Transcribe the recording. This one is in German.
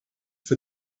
für